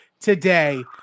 today